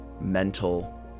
mental